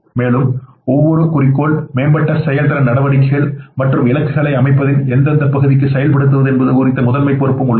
மேலும் ஒவ்வொரு குறிக்கோள் மேம்பட்ட செயல்திறன் நடவடிக்கைகள் மற்றும் இலக்குகளை அமைப்பின் எந்தப் பகுதிக்கு செயல்படுத்துவது என்பது குறித்த முதன்மைப் பொறுப்பும் உள்ளது